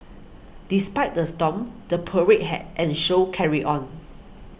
despite the storm the parade had and show carried on